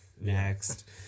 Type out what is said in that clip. next